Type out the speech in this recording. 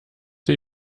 sie